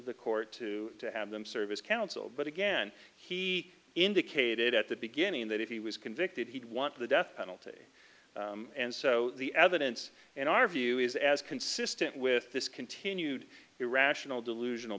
the court to have them service counsel but again he indicated at the beginning that if he was convicted he'd want the death penalty and so the evidence in our view is as consistent with this continued irrational delusional